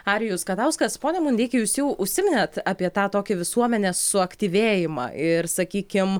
arijus katauskas pone mundeiki jūs jau užsiminėt apie tą tokį visuomenės suaktyvėjimą ir sakykim